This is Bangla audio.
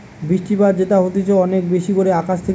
বৃষ্টিপাত যেটা হতিছে অনেক বেশি করে আকাশ থেকে